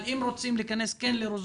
אם כן רוצים להיכנס לרזולוציה,